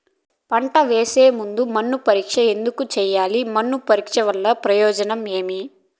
పంట వేసే ముందు మన్ను పరీక్ష ఎందుకు చేయాలి? మన్ను పరీక్ష వల్ల ప్రయోజనం ఏమి?